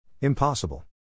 Impossible